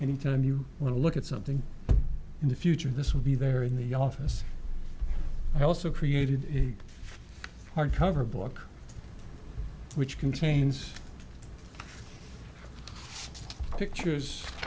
any time you want to look at something in the future this will be there in the office and also created hardcover book which contains pictures